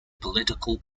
political